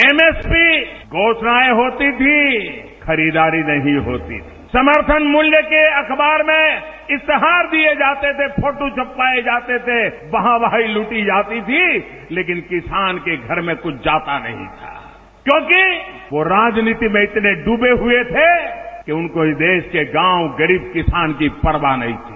MSP घोषणाएं होती थी खरीदारी नहीं होती थी समर्थन मूल्य के अखबार में इस्तेहार दिए जाते थे फोटो छपवाए जाते थे वाहा वाही लूटी जाती थी लेकिन किसान के घर में कुछ जाता नहीं था क्योंकि वो राजनीति में इतने डूबे हुए थे कि उनको इस देश के गांव गरीब किसान की परवाह नहीं थी